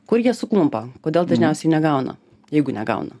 kur jie suklumpa kodėl dažniausiai negauna jeigu negauna